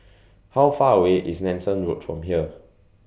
How Far away IS Nanson Road from here